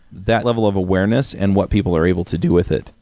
that level of awareness and what people are able to do with it.